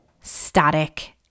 static